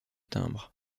timbres